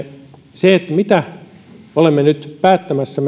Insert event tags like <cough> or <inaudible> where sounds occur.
se mitä olemme nyt päättämässä <unintelligible>